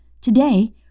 Today